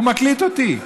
הוא מקליט אותי,